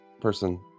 person